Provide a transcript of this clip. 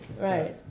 right